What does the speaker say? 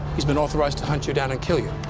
he's been authorized to hunt you down and kill you.